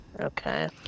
Okay